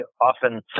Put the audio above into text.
often